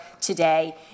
today